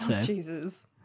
Jesus